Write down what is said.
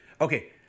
Okay